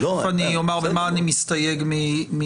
תכף אני אומר במה אני מסתייג מדבריו,